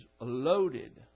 loaded